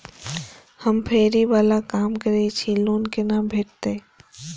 हम फैरी बाला काम करै छी लोन कैना भेटते?